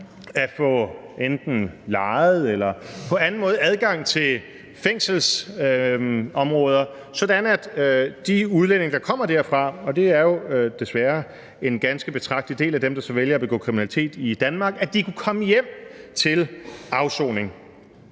enten at leje eller på anden måde få adgang til fængselsområder, sådan at de udlændinge, der kommer derfra – og det er jo desværre en ganske betragtelig del af dem, der vælger at begå kriminalitet i Danmark – kunne komme hjem til afsoning.